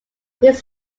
his